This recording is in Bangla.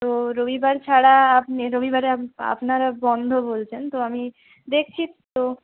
তো রবিবার ছাড়া আপনি রবিবারে আপনারা বন্ধ বলছেন তো আমি দেখছি তো